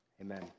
Amen